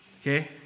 okay